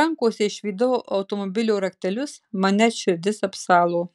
rankose išvydau automobilio raktelius man net širdis apsalo